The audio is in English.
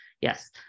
Yes